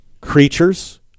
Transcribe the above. creatures